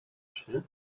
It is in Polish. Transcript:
czy